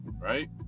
Right